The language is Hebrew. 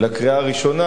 לקריאה הראשונה,